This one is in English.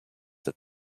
that